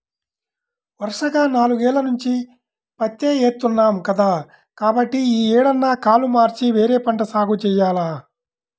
వరసగా నాలుగేల్ల నుంచి పత్తే ఏత్తన్నాం కదా, కాబట్టి యీ ఏడన్నా కాలు మార్చి వేరే పంట సాగు జెయ్యాల